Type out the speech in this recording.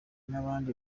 n’abandi